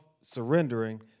surrendering